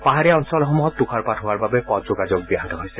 পাহাৰীয়া অঞ্চলসমূহত তুষাৰপাত হোৱাৰ বাবে পথ যোগাযোগ ব্যাহত হৈছে